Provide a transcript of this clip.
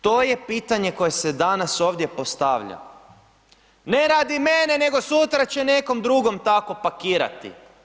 To je pitanje koje se danas ovdje postavlja, ne radi mene, nego sutra će nekom drugom tako pakirati.